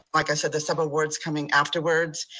like i said, there's several awards coming afterwards,